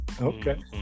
okay